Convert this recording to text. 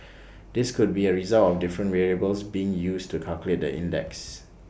this could be A result of different variables being used to calculate the index